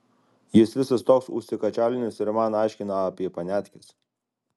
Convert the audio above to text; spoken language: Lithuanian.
jis visas toks užsikačialinęs ir man aiškina apie paniatkes